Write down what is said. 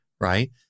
right